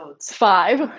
five